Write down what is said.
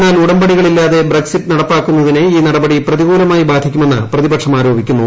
എന്നാൽ ഉടമ്പടികളില്ലാതെ ബ്രക്സിറ്റ് നടപ്പാക്കുന്നതിനെ ഈ നടപടി പ്രതികൂലമായി ബാധിക്കുമെന്ന് പ്രതിപ്ക്ഷം ആരോപിക്കുന്നു